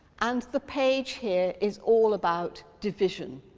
and the page here is all about division.